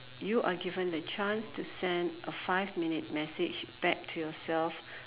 you are given a chance to send a five minutes message back to yourself